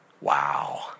Wow